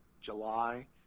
July